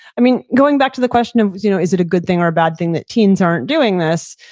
i mean, going back to the question of is you know is it a good thing or bad thing that teens aren't doing this.